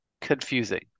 confusing